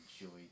enjoy